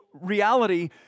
reality